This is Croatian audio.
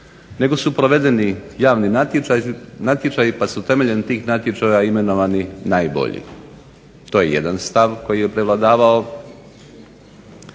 nego su provedeni javni natječaji pa su temeljem tih natječaja imenovani najbolji. To je jedan stav koji je prevladavao.